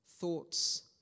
thoughts